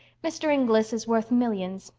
mr. inglis is worth millions,